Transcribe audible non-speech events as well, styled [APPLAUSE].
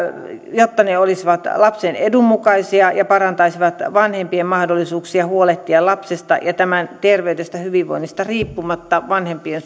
jotta ne olisivat lapsen edun mukaisia ja parantaisivat vanhempien mahdollisuuksia huolehtia lapsesta ja tämän terveydestä ja hyvinvoinnista riippumatta vanhempien [UNINTELLIGIBLE]